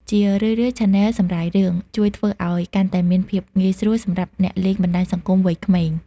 ជារឿយៗ ឆាណែលសម្រាយរឿង ជួយធ្វើឱ្យកាន់តែមានភាពងាយស្រួលសម្រាប់អ្នកលេងបណ្ដាញសង្គមវ័យក្មេង។